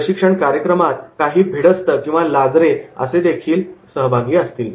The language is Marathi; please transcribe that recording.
प्रशिक्षण कार्यक्रमात भिडस्त किंवा लाजरे असे देखील कदाचित काही सहभागी असतील